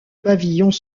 pavillons